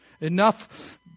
Enough